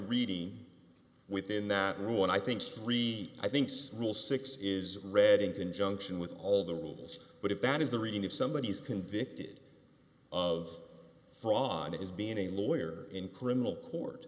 reading within that rule and i think three i think rule six is read in conjunction with all the rules but if that is the reading if somebody is convicted of fraud as being a lawyer in criminal court